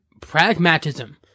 pragmatism